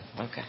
Okay